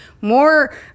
more